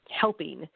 helping